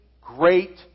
great